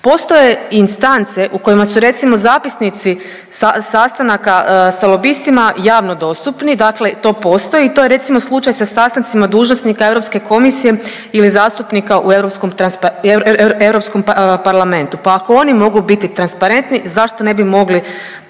Postoje instance u kojima su recimo, zapisnici sa sastanaka sa lobistima javno dostupni, dakle to postoji i to je, recimo, slučaj sa sastancima dužnosnika Europske komisije ili zastupnika u Europskom parlamentu pa ako oni mogu biti transparentni, zašto ne bi mogli